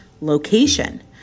location